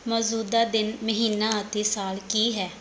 ਮੌਜੂਦਾ ਦਿਨ ਮਹੀਨਾ ਅਤੇ ਸਾਲ ਕੀ ਹੈ